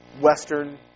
western